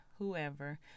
Whoever